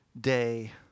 day